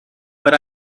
but